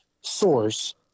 source